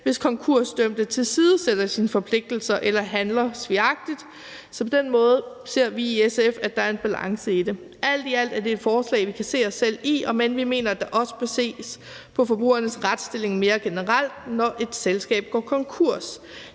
hvis konkursdømte tilsidesætter sine forpligtelser eller handler svigagtigt. Så på den måde ser vi i SF, at der er en balance i det. Alt i alt er det et forslag, vi kan se os selv i, om end vi mener, at der også bør ses på forbrugernes retsstilling mere generelt, når et selskab går konkurs.